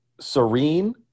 serene